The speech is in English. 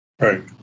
Right